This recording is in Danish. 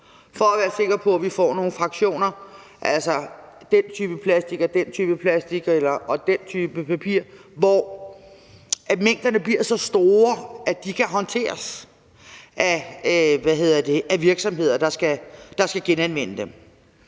for at være sikker på, at vi får nogle fraktioner – altså den og den type plastik eller den og den type papir – hvor mængderne bliver så store, at de kan håndteres af virksomheder, der skal genanvende dem.